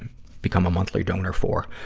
and become a monthly donor for.